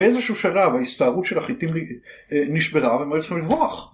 באיזשהו שלב ההסתערות של החיטים נשברה והם היו צריכים לברוח.